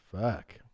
fuck